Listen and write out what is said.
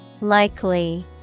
Likely